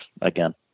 again